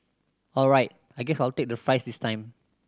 all right I guess I'll take the fries this time